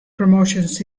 promotions